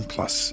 Plus